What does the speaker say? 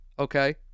Okay